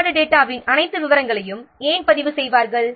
குறைபாடு டேட்டாவின் அனைத்து விவரங்களையும் ஏன் பதிவு செய்வார்கள்